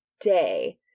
day